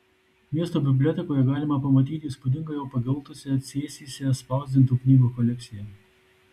miesto bibliotekoje galima pamatyti įspūdingą jau pageltusią cėsyse spausdintų knygų kolekciją